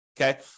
okay